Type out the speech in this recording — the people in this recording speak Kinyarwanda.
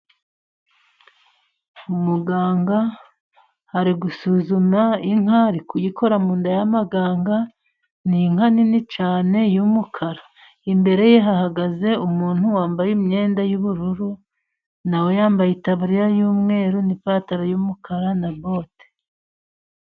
Muganga ari gusuzuma inka, ari kuyikora mu nda y'amaganga, ni inka nini cyane y'umukara, imbere ye hahagaze umuntu wambaye imyenda y'ubururu, nawe yambaye itabariya y'umweru n'ipantaro y'umukara na bote.